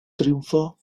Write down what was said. triunfo